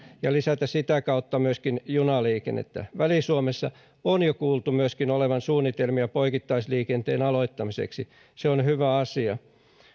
ja lisätä sitä kautta myöskin junaliikennettä väli suomessa on jo kuultu myöskin olevan suunnitelmia poikittaisliikenteen aloittamiseksi se on hyvä asia